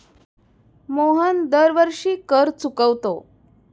मोहन दरवर्षी कर चुकवतो